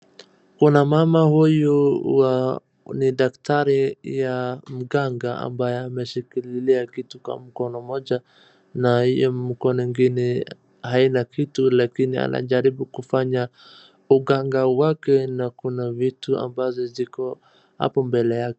Kuna mama huyu wa, ni daktari ya mganga ambaye ameshikililia kitu kwa mkono mmoja na hiyo mkono ingine haina kitu lakini anajaribu kufanya uganga wake, na kuna vitu ambazo ziko hapo mbele yake.